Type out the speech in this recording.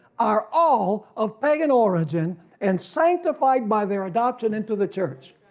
are all of pagan origin and sanctified by their adoption into the church.